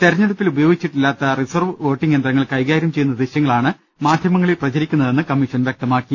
തെരഞ്ഞെടുപ്പിൽ ഉപയോഗിച്ചിട്ടില്ലാത്ത reserve voting യന്ത്രങ്ങൾ കൈകാര്യം ചെയ്യുന്ന ദൃശ്യങ്ങളാണ് മാധ്യമങ്ങ ളിൽ പ്രചരിക്കുന്നതെന്ന് കമ്മീഷൻ വൃക്തമാക്കി